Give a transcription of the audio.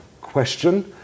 question